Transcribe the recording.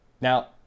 Now